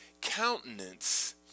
countenance